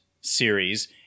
series